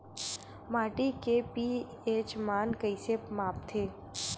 माटी के पी.एच मान कइसे मापथे?